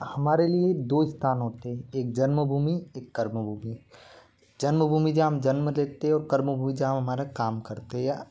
हमारे लिए दो स्थान होते है एक जन्मभूमि एक कर्मभूमि जन्मभूमि जहाँ हम जन्म लेते है और कर्मभूमि जहाँ हम हमारा काम करते है या